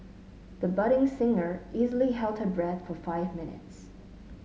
the budding singer easily held her breath for five minutes